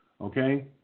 okay